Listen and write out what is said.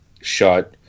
shot